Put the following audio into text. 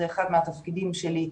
זה אחד מהתפקידים שלי,